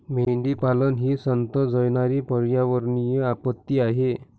मेंढीपालन ही संथ जळणारी पर्यावरणीय आपत्ती आहे